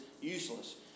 useless